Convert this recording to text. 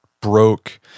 broke